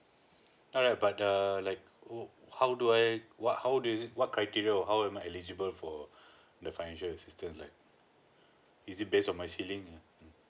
uh yeah but err like wh~ how do I what how is it what criteria or how am I eligible for the financial assistance like it is based on my ceiling yeah mm